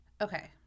Okay